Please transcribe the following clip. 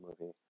movie